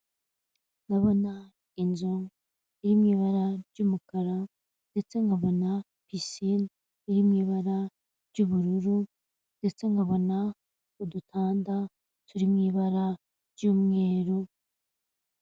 Ndabona inzu iri mwibara ry'umukara ndetse nkabona pisine iri mwibara ry'ubururu ndetse nkabona udutanda turi mwibara ry'umweru.